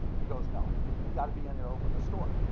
he goes, no, you've gotta be in here to open the store.